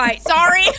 Sorry